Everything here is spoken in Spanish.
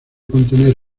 contener